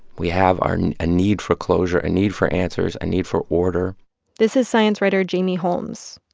we have our and a need for closure, a need for answers, a need for order this is science writer jamie holmes.